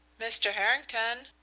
mr. harrington!